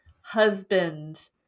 husband